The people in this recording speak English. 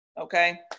Okay